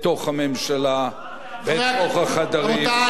בתוך החדרים, רבותי, עכשיו השר משיב לכם.